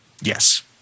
Yes